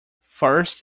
first